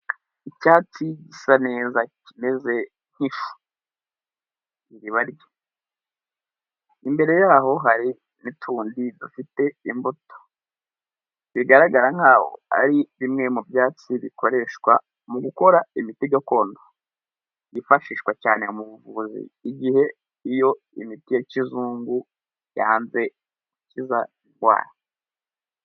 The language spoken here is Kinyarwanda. Icyatsi gisa neza, kimeze nk'ishu iri barya, imbere yaho hari n'utundi dufite imbuto, bigaragara nkaho ari bimwe mu byatsi bikoreshwa mu gukora imiti gakondo yifashishwa cyane mu buvuzi igihe iyo imiti ya kizungu yanze gukiza indwara.